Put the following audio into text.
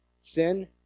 sin